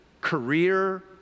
career